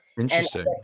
Interesting